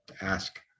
ask